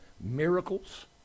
miracles